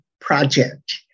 project